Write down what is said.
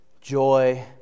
joy